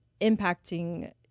impacting